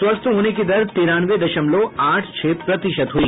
स्वस्थ होने की दर तिरानवे दशमलव आठ छह प्रतिशत हुई